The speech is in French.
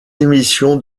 émissions